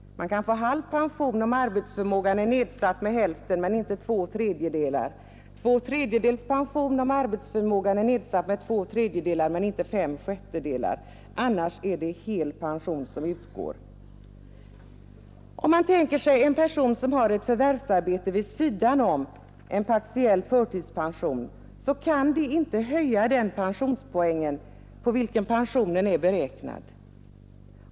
Man kan få halv pension om arbetsförmågan är nedsatt med hälften men inte två tredjedelar, två tredjedelspension om arbetsförmågan är nedsatt med två tredjedelar men inte fem sjättedelar; annars utgår hel pension. Ett förvärvsarbete som en person har vid sidan om en partiell förtidspension kan inte höja den pensionspoäng på vilken pensionen är beräknad.